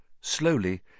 Slowly